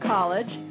College